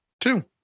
Two